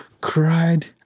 cried